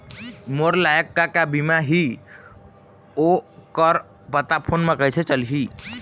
मोर लायक का का बीमा ही ओ कर पता फ़ोन म कइसे चलही?